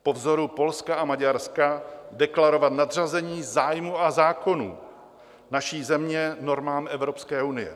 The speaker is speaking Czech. Po vzoru Polska a Maďarska deklarovat nadřazení zájmů a zákonů naší země normám Evropské unie.